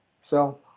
So-